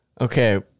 Okay